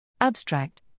Abstract